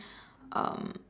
um